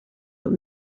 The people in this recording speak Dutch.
het